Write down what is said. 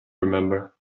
remember